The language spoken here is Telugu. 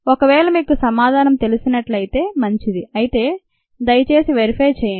ఒకవేళ మీకు సమాధానం తెలిసినట్లయితే మంచిది అయితే దయచేసి వెరిఫై చేయండి